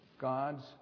God's